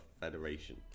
federation